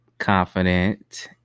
confident